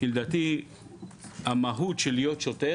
כי לדעתי המהות של להיות שוטר